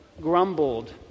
grumbled